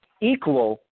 equal